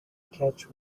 catch